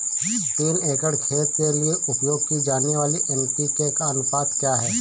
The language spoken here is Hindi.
तीन एकड़ खेत के लिए उपयोग की जाने वाली एन.पी.के का अनुपात क्या है?